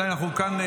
עדיין אנחנו כאן,